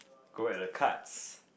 go at the cards